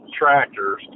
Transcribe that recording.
tractors